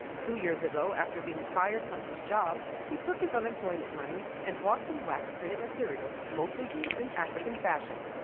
two years ago after being fired from his job he took his unemployment money and bought some wax printed material mostly used in african fashion.